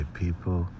people